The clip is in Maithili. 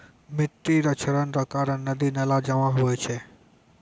मिट्टी रो क्षरण रो कारण नदी नाला जाम हुवै छै